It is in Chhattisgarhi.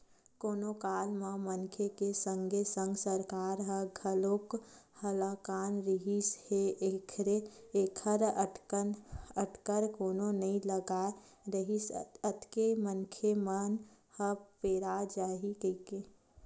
करोनो काल म मनखे के संगे संग सरकार ह घलोक हलाकान रिहिस हे ऐखर अटकर कोनो नइ लगाय रिहिस अतेक मनखे मन ह पेरा जाही कहिके